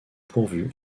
pourvu